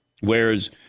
Whereas